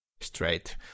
Straight